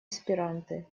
аспиранты